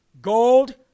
gold